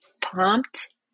pumped